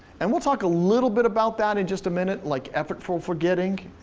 and we'll talk a little bit about that in just a minute, like effortful forgetting.